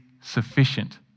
sufficient